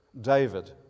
David